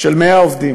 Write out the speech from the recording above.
של 100 עובדים